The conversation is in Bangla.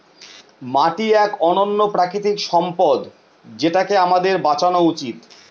মাটি এক অনন্য প্রাকৃতিক সম্পদ যেটাকে আমাদের বাঁচানো উচিত